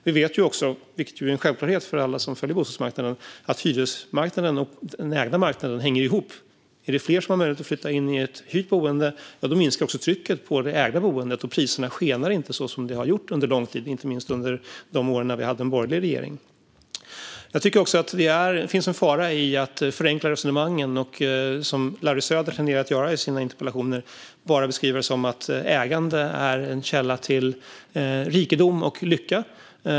Vi vet också, vilket är en självklarhet för alla som följer bostadsmarknaden, att hyresmarknaden och den ägda marknaden hänger ihop. Om fler har möjlighet att flytta in i ett hyrt boende minskar trycket på det ägda boendet och priserna skenar inte så som de har gjort under lång tid, inte minst under de år som vi hade en borgerlig regering. Jag tycker att det finns en fara i att förenkla resonemangen och, som Larry Söder tenderar att göra i sina interpellationer, bara beskriva det som att ägande är en källa till rikedom och lycka.